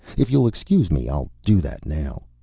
if you'll excuse me, i'll do that now.